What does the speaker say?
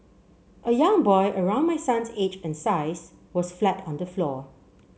a young boy around my son's age and size was flat on the floor